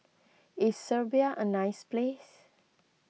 is Serbia a nice place